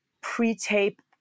pre-tape